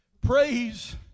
Praise